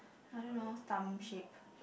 I don't know some shape